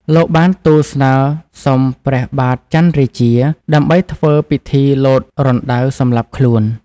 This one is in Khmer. លោកបានទូលស្នើសុំព្រះបាទច័ន្ទរាជា ដើម្បីធ្វើពិធីលោតរណ្ដៅសម្លាប់ខ្លួន។